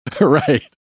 Right